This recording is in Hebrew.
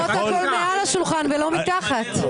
לפחות הכול מעל השולחן ולא מתחת.